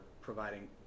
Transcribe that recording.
providing